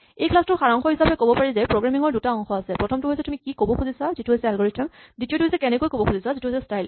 এই ক্লাচ টোৰ সাৰাংশ হিচাপে ক'ব পাৰি যে প্ৰগ্ৰেমিং ৰ দুটা অংশ আছে প্ৰথমটো হৈছে তুমি কি ক'ব খুজিছা যিটো হৈছে এলগৰিথম দ্বিতীয়টো হৈছে কেনেকৈ ক'ব খুজিছা যিটো হৈছে স্টাইল